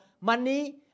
money